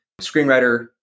screenwriter